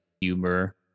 humor